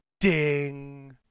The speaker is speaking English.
Ding